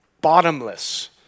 bottomless